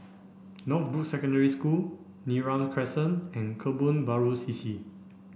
Northbrooks Secondary School Neram Crescent and Kebun Baru C C